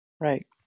Right